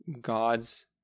God's